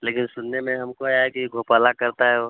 लेकिन सुनने में हमको यह आया है कि घोटाला करता है वह